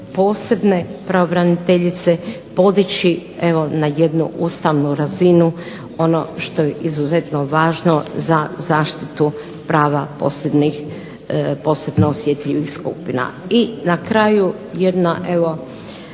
posebne pravobraniteljice podići evo na jednu ustavnu razinu, ono što je izuzetno važno za zaštitu prava posebno osjetljivih skupina. I na kraju jedan evo